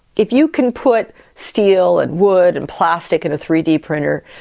if you can put steel and wood and plastic in a three d printer,